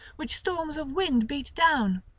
which storms of wind beat down.